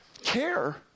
care